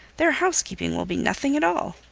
their housekeeping will be nothing at all.